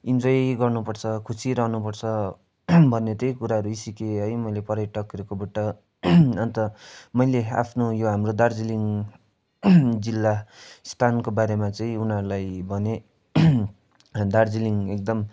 enjoy गर्नु पर्छ खुसी रहनु पर्छ भन्ने त्यही कुराहरू सिकेँ है मैले पर्यटकहरूकोबाट अन्त मैले आफ्नो यो हाम्रो दार्जिलिङ जिल्ला स्थानको बारेमा चाहिँ उनीहरूलाई भने दार्जिलिङ एकदम